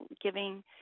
giving